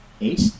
Eight